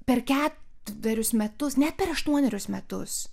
per ketverius metus net per aštuonerius metus